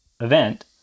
event